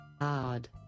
odd